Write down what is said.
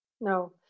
No